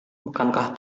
bukankah